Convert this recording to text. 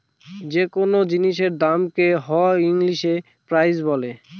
যে কোনো জিনিসের দামকে হ ইংলিশে প্রাইস বলে